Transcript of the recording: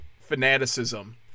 fanaticism